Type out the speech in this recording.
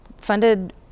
funded